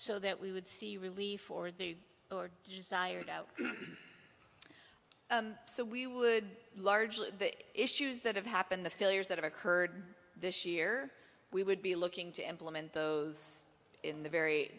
so that we would see relief or desired out so we would largely issues that have happened the failures that have occurred this year we would be looking to implement those in the very